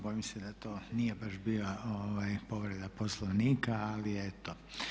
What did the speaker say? Bojim se da to nije baš bila povreda Poslovnika, ali eto.